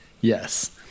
Yes